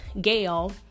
Gail